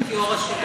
יש יושב-ראש רשות